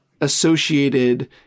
associated